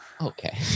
Okay